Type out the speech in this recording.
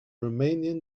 romanian